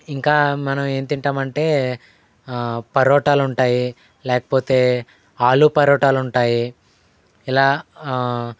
ఇంకా మనం ఏం తింటామంటే పరోటాలుంటాయి లేకపోతే ఆలు పరోటాలుంటాయి ఇలా